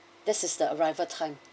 this is the arrival time